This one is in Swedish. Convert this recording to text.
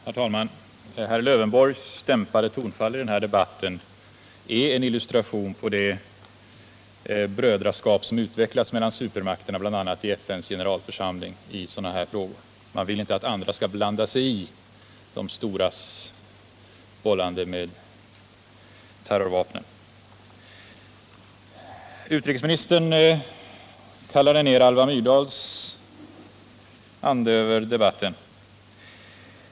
Herr talman! Herr Lövenborgs dämpade tonfall i debatten är en illustration av det brödraskap som utvecklas mellan supermakterna, bl.a. i FN:s generalförsamling, i sådana här frågor. Man vill inte att andra skall blanda sig i de storas bollande med terrorvapen. Utrikesministern kallade ner Alva Myrdals ande över debatten.